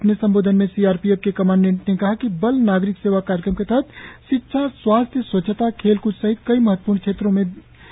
अपने संबोधन में सी आर पी एफ के कमांडेंट ने कहा कि बल नागरिक सेवा कार्यक्रम के तहत शिक्षा स्वास्थ्य स्वच्छता खेल कूच सहित कई महत्वपूर्ण क्षेत्रों के विकास में योगदान दे रहा है